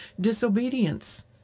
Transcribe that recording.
disobedience